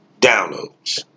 downloads